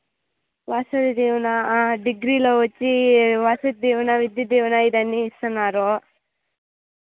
లాస్య ఇదేమన్నా డిగ్రీలో వచ్చి వసతి దీవెన విద్యా దీవెన ఇవన్నీ ఇస్తున్నారు